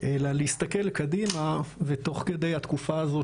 אלא להסתכל קדימה ותוך כדי התקופה הזאת